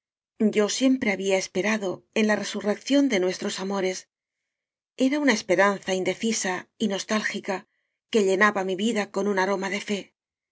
yo siempre había esperado en la resurrección de nuestros amores era una esperanza indeci sa y nostálgica que llenaba mi vida con un aroma de fe